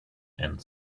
and